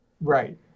right